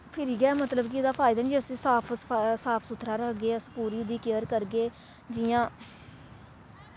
फ्हिरी गै मतलब कि ओह्दा फायदा जे उस्सी साफ सफाई साफ सुथरा रखगे अस पूरी ओह्दी केयर करगे जि'यां